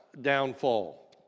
downfall